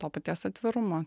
to paties atvirumo